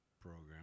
program